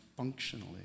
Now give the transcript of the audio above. functionally